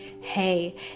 Hey